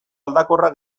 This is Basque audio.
aldakorra